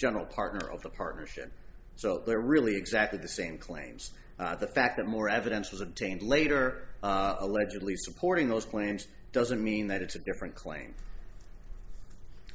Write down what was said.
general partner of the partnership so they're really exactly the same claims and the fact that more evidence was obtained later allegedly supporting those claims doesn't mean that it's a different claim